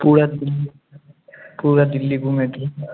पूरा दिल्ली पूरा दिल्ली घुमैके हइ